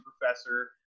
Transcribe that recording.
professor